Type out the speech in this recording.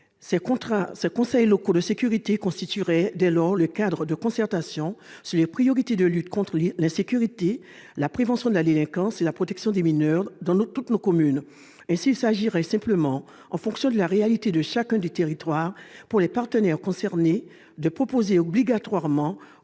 Ces conseils locaux de sécurité constitueraient dès lors le cadre de concertation sur les priorités de la lutte contre l'insécurité, la prévention de la délinquance et la protection des mineurs dans toutes les communes. Ainsi, il s'agirait simplement, en fonction de la réalité de chaque territoire, pour les partenaires concernés, de proposer obligatoirement, au